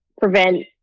prevent